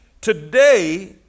today